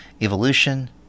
Evolution